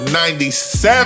97